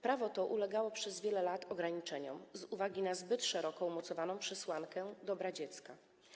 Prawo to ulegało przez wiele lat ograniczeniom z uwagi na zbyt szeroko umocowaną przesłankę dobra dziecka.